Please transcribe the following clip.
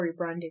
rebranding